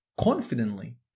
confidently